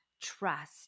trust